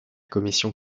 commission